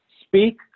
Speak